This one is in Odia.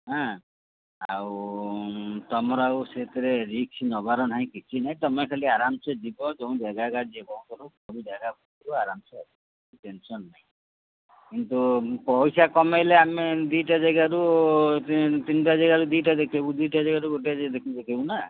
ହଁ ଆଉ ତୁମର ଆଉ ସେଥିରେ ରିକ୍ସ ନେବାର ନାହିଁ କିଛି ନାହିଁ ତୁମେ ଖାଲି ଆରାମସେ ଯିବ ଯେଉଁ ଜାଗା ଏକା ସବୁ ଜାଗା ବୁଲିବ ଆରାମ ସେ ଆସିବ କିଛି ଟେନସନ୍ ନାହିଁ କିନ୍ତୁ ପଇସା କମାଇଲେ ଆମେ ଦୁଇଟା ଜାଗାରୁ ତିନିଟା ଜାଗାରୁ ଦୁଇଟା ଦେଖାଇବୁ ଦୁଇଟା ଜାଗାରୁ ଗୋଟିଏ ଦେଖାଇବୁ ନା